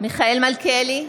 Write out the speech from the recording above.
מיכאל מלכיאלי,